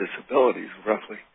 disabilities—roughly